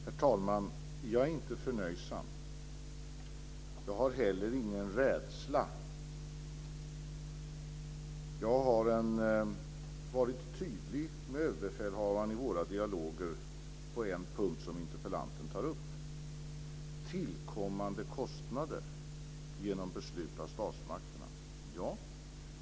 Herr talman! Jag är inte förnöjsam, och jag har inte heller någon rädsla. Jag har på en punkt som interpellanten tar upp varit tydlig i dialogerna med överbefälhavaren. Jag har sagt ja till tillkommande kostnader genom beslut av statsmakterna.